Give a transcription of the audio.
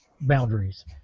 boundaries